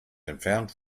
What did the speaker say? entfernt